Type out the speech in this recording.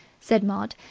said maud.